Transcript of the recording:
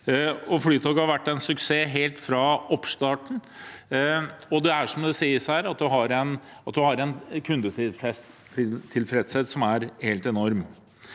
Flytoget har vært en suksess helt fra oppstarten. Som det sies her, har man en kundetilfredshet som er helt enorm.